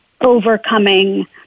overcoming